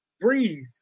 breathe